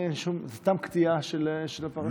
זה סתם קטיעה של הפרשה?